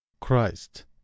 Christ